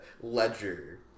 Ledger